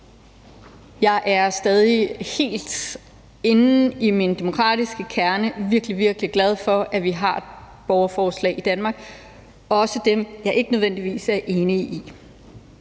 Jeg er helt inde i min demokratiske kerne stadig virkelig, virkelig glad for, at vi har borgerforslag i Danmark. Det gælder også dem, jeg ikke nødvendigvis er enig i.